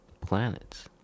planets